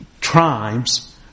tribes